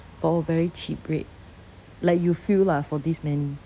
for a very cheap rate like you feel lah for this many